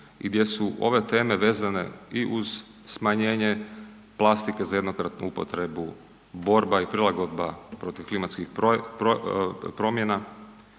i gdje su ove teme vezane i uz smanjenje plastike za jednokratnu upotrebu, borba i prilagodba protiv klimatskih promjena,